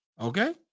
Okay